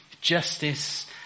justice